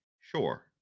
sure